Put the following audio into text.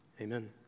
Amen